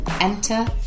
Enter